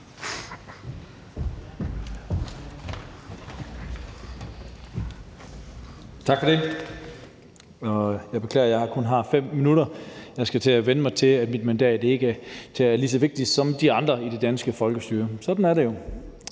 Tak for det. Jeg beklager, at jeg kun har 5 minutter. Jeg skal til at vænne mig til, at mit mandat ikke er lige så vigtigt som de andres i det danske folkestyre. Sådan er det jo.